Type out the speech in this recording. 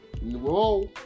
Whoa